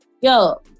Yo